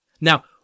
Now